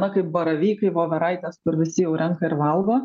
na kaip baravykai voveraitės kur visi jau renka ir valgo